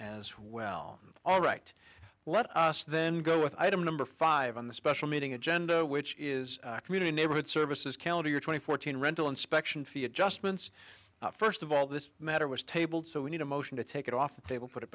as well all right let us then go with item number five on the special meeting agenda which is community neighborhood services county or twenty four thousand rental inspection fee adjustments first of all this matter was tabled so we need a motion to take it off the table put it